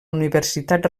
universitat